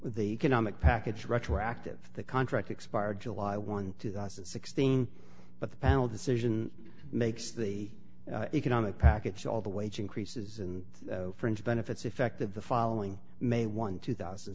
the economic package retroactive the contract expired july one two thousand and sixteen but the panel decision makes the economic package all the wage increases and fringe benefits effective the following may one two thousand